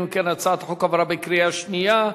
אם כן, הצעת החוק עברה בקריאה שנייה.